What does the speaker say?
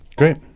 Great